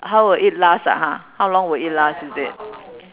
how will it last ah ha how long will it last is it